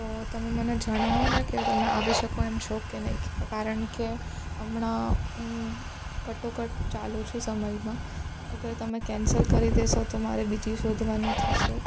તો તમે મને જણાવો ને કે તમે આવી શકો એમ છો કે નહીં કે કારણ કે હમણાં કટોકટ ચાલું છું સમયમાં અગર તમે કેન્સલ કરી દેશો તો મારે બીજી શોધવાનું થશે